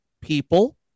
People